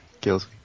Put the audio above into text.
Kills